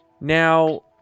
now